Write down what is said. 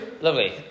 Lovely